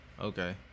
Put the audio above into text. Okay